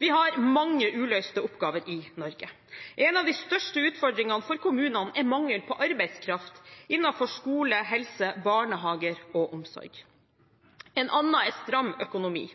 Vi har mange uløste oppgaver i Norge. En av de største utfordringene for kommunene, er mangel på arbeidskraft innenfor skole, helse, barnehage og omsorg. En annen er stram økonomi.